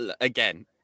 again